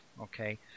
okay